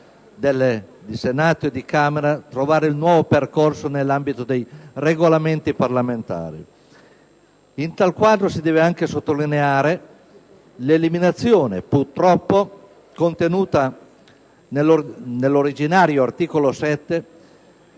di Senato e Camera trovare il nuovo percorso nell'ambito dei Regolamenti parlamentari. In tale quadro si deve ancora sottolineare l'eliminazione - purtroppo - della previsione (contenuta nell'originario l'articolo 7)